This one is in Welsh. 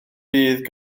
bydd